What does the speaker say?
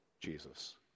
Jesus